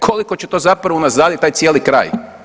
Koliko će to zapravo unazaditi taj cijeli kraj?